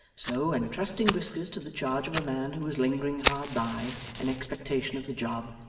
so, entrusting whisker to the charge of a man who was lingering hard by in expectation of the job,